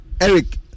Eric